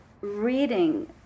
reading